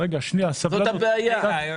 זאת הבעיה.